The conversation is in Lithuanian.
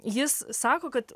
jis sako kad